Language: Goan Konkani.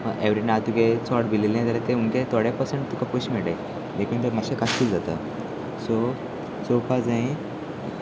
एवरी नाव तुगे चोड भिलें जाल्यार तेंमगे थोडे पसेंट तुका पयशे मेळटं देखून तर मात्शें कसली जाता सो चोपा जाय